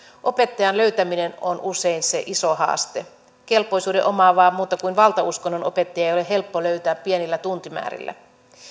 opettajan löytäminen on usein se iso haaste kelpoisuuden omaavaa muuta kuin valtauskonnon opettajaa ei ole helppo löytää pienillä tuntimäärillä